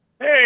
Hey